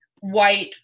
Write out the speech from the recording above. white